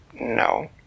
no